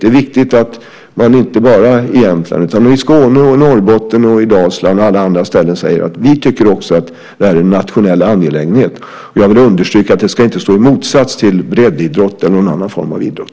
Det är viktigt att man inte bara i Jämtland utan i Skåne, Norrbotten, Dalsland och alla andra delar säger att man tycker att detta är en nationell angelägenhet. Och jag vill understryka att det inte ska stå i motsats till breddidrott eller någon annan form av idrott.